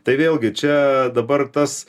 tai vėlgi čia dabar tas